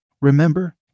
Remember